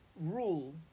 rule